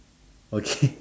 okay